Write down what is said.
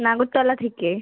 নাগরতলা থেকে